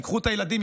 ייקחו את הילדים,